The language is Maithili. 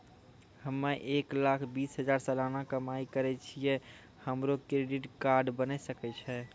हम्मय एक लाख बीस हजार सलाना कमाई करे छियै, हमरो क्रेडिट कार्ड बने सकय छै?